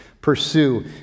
pursue